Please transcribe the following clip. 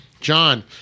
John